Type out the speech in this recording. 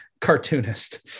cartoonist